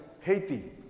Haiti